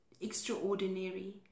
extraordinary